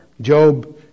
Job